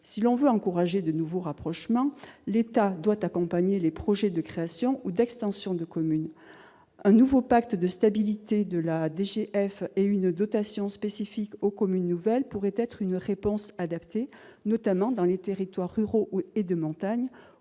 Si l'on veut encourager de nouveaux rapprochements, l'État doit accompagner les projets de création ou d'extension de communes. Un nouveau pacte de stabilité de la DGF et une dotation spécifique aux communes nouvelles pourraient être une réponse adaptée, notamment dans les territoires ruraux et de montagne,